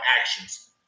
actions